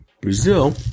Brazil